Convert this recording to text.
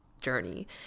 journey